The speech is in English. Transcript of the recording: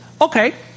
Okay